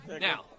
Now